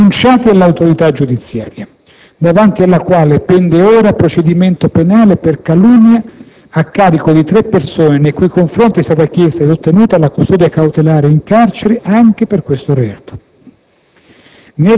e denunciati all'autorità giudiziaria, davanti alla quale pende ora procedimento penale per calunnia a carico di tre persone nei cui confronti è stata chiesta ed ottenuta la custodia cautelare in carcere anche per questo reato.